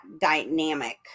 dynamic